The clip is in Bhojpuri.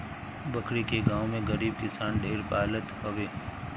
बकरी के गांव में गरीब किसान ढेर पालत हवे